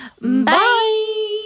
Bye